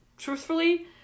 Truthfully